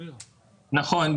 נכון.